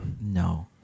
No